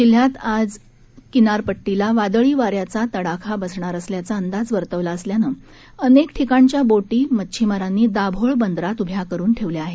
जिल्ह्यात आज किनारपट्टीला वादळी वान्याचा तडाखा बसणार असल्याचा अंदाज वर्तवला असल्यानं अनेक ठिकाणच्या बोटी मच्छीमारांनी दाभोळ बदरात उभ्या करून ठेवल्या आहेत